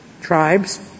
tribes